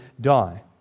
die